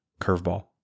curveball